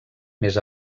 més